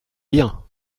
bien